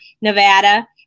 Nevada